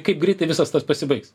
kaip greitai visas tas pasibaigs